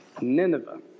Nineveh